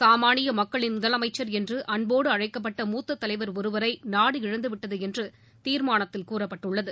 சமானிய மக்களின் முதலமைச்சா் என்று அன்போடு அழைக்கப்பட்ட மூத்த தலைவா ஒருவரை நாடு இழந்து விட்டது என்று தீர்மானத்தில் கூறப்பட்டுள்ளது